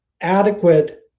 adequate